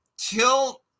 till